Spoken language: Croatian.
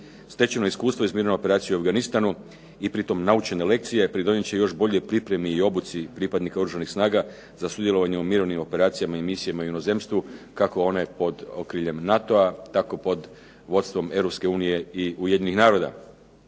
Stečeno iskustvo iz mirovne operacije u Afganistanu i pri tom naučene lekcije pridonijet će još bolje pripremi i obuci pripadnika Oružanih snaga za sudjelovanje u mirovnim operacijama i misijama u inozemstvu kako one pod okriljem NATO-a, tako pod vodstvom Europske unije i Ujedinjenih naroda.